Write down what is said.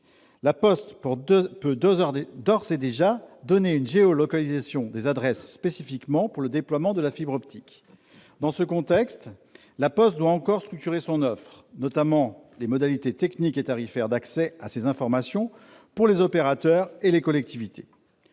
La Poste peut d'ores et déjà donner une géolocalisation des adresses spécifiquement pour le déploiement de la fibre optique. Dans ce contexte, La Poste doit encore structurer son offre, notamment pour ce qui concerne les modalités techniques et tarifaires d'accès à ces informations pour les opérateurs et les collectivités.